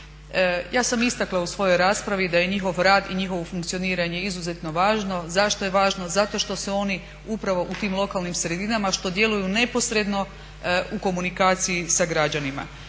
Ja sam istakla u svojoj raspravi da je njihov rad i njihovo funkcioniranje izuzetno važno. Zašto je važno? Zato što se oni upravo u tim lokalnim sredinama što djeluju neposredno u komunikaciji sa građanima.